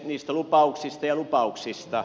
niistä lupauksista ja lupauksista